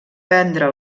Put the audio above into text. prendre